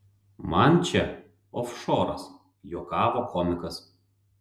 man čia ofšoras juokavo komikas